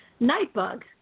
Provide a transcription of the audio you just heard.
Nightbug